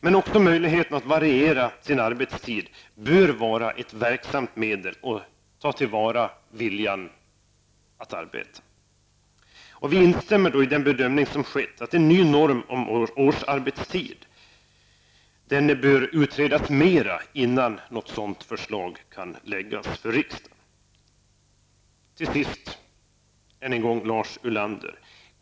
Men också möjligheten att variera sin arbetstid bör vara ett verksamt medel för att ta till vara viljan att arbeta. Vi instämmer i den bedömning som gjorts att en ny norm om årsarbetstid bör utredas mer innan något sådant förslag kan läggas fram för riksdagen. Till sist vill jag säga följande till Lars Ulander.